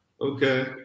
Okay